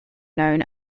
known